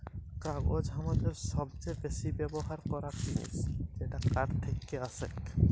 কাগজ হামাদের সবচে বেসি ব্যবহার করাক জিনিস যেটা কাঠ থেক্কে আসেক